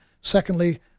Secondly